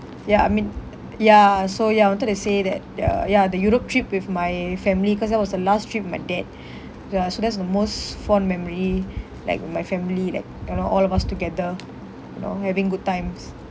ya I mean ya so ya I wanted to say that the ya the europe trip with my family cause that was the last trip my dad ya so that's the most fond memory like my family like you know all of us together you know having good times